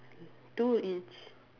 two each